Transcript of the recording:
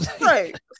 Right